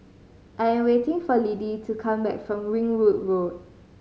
I'm waiting for Lidie to come back from Ringwood Road